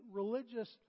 religious